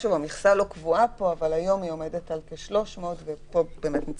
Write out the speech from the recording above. המכסה לא קבועה פה אבל היום היא עומדת על כ-300,